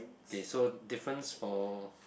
okay so difference for